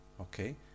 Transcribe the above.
Okay